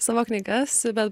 savo knygas bet